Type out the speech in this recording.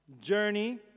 journey